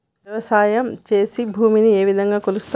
వ్యవసాయం చేసి భూమిని ఏ విధంగా కొలుస్తారు?